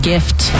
gift